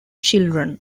children